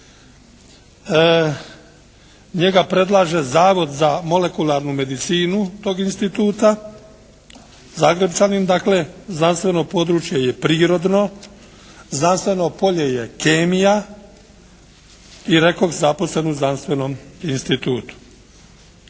Njega predlaže Zavod za molekularnu medicinu tog instituta. Zagrepčanin dakle. Znanstveno područje je prirodno. Znanstveno polje je kemija. I rekoh zaposlen u znanstvenom institutu.